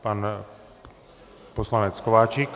Pan poslanec Kováčik.